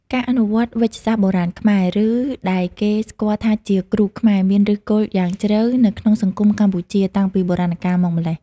ការអនុវត្តវេជ្ជសាស្ត្របុរាណខ្មែរ ឬ ដែលគេស្គាល់ថាជា គ្រូខ្មែរ មានឫសគល់យ៉ាងជ្រៅនៅក្នុងសង្គមកម្ពុជា តាំងពីបុរាណកាលមកម្ល៉េះ។